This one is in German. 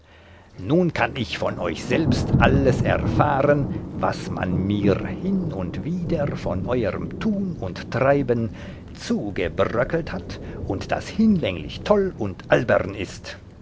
nun kann ich von euch selbst alles erfahren was man mir hin und wieder von euerm tun und treiben zugebröckelt hat und das hinlänglich toll und albern ist